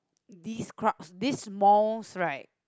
this crowd this mosque right